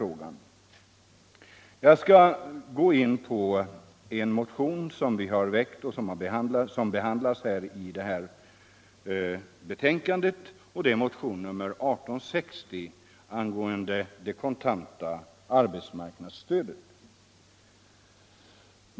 Jag skall nu gå in på motionen 1860 angående det kontanta arbetsmarknadsstödet, vilken behandlas i detta betänkande.